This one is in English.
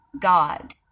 God